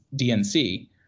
DNC